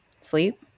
sleep